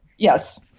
Yes